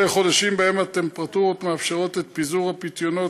אלה החודשים שבהם הטמפרטורות מאפשרות את פיזור הפיתיונות,